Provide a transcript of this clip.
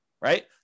Right